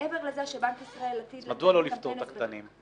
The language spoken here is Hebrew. מעבר לכך שבנק ישראל עתיד לצאת עם קמפיינים.